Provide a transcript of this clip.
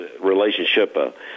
relationship